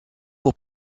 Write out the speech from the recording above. pour